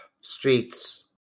streets